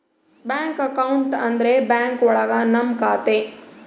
bank account ಅಂದ್ರೆ bank ಒಳಗ ನಮ್ ಖಾತೆ